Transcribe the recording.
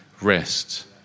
rest